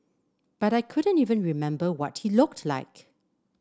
but I couldn't even remember what he looked like